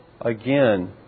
again